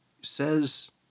says